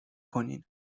کنین